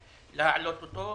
להעלות אותו.